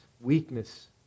weakness